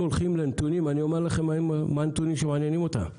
אני אומר לכם מה הנתונים שמעניינים אותם.